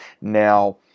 now